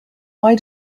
why